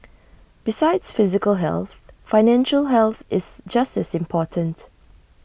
besides physical health financial health is just as important